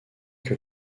que